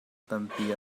tampi